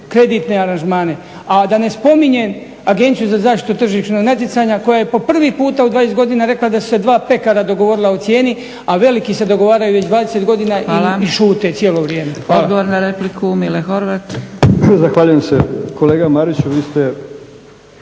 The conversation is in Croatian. kreditne aranžmane, a da ne spominjem Agenciju za zaštitu tržišnog natjecanja koja je po prvi puta u 20 godina rekla da su se 2 pekara dogovorila o cijeni, a veliki se dogovaraju već 20 godina i šute cijelo vrijeme.